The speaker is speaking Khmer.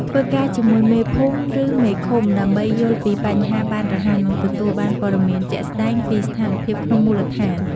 ធ្វើការជាមួយ មេភូមិ ឬមេឃុំ ដើម្បីយល់ពីបញ្ហាបានរហ័ស និងទទួលបានព័ត៌មានជាក់ស្ដែងពីស្ថានភាពក្នុងមូលដ្ឋាន។